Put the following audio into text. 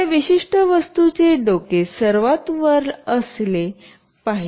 त्या विशिष्ट वस्तुचे डोके सर्वात वर असले पाहिजे